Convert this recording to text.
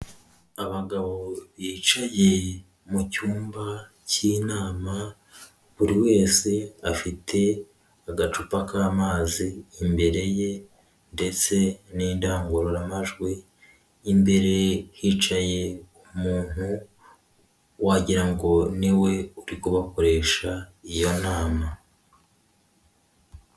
Abagabo bicaye mu cyumba cy'inama buri wese afite agacupa k'amazi imbere ye ndetse n'indangururamajwi, imbere hicaye umuntu wagira ngo niwe uri kubakoresha iyo nama.